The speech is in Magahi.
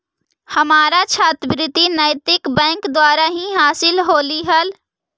हमारा छात्रवृति नैतिक बैंक द्वारा ही हासिल होलई हल